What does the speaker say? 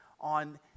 on